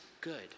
good